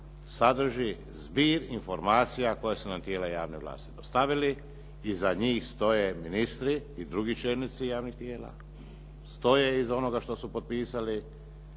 sadrži zbir informacije koje su nam tijela javne vlasti dostavili. Iza njih stoje ministri i drugi čelnici javnih tijela, stoje iza onoga što su potpisali.